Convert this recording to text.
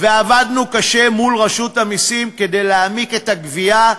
ועבדנו קשה מול רשות המסים כדי להעמיק את הגבייה,